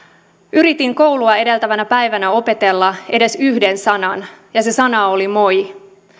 yritin koulua edeltävänä päivänä opetella edes yhden sanan ja se sana oli moi